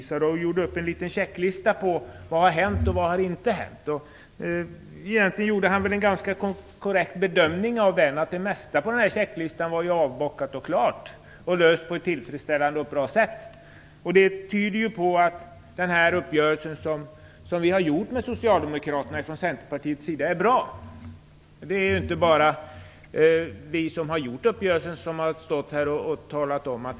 Han gjorde upp en liten checklista på vad som har hänt respektive inte hänt. Egentligen gjorde han en ganska korrekt bedömning, att det mesta på checklistan var avbockat och klart och löst på ett tillfredsställande och bra sätt. Det tyder på att den uppgörelse som vi från Centerpartiet har träffat med socialdemokraterna är bra. Det är ju inte bara vi som har varit med om uppgörelsen som har sagt det.